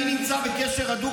אני נמצא בקשר הדוק,